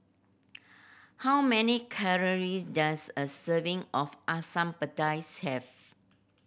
how many calory does a serving of Asam Pedas have